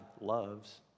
loves